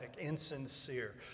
insincere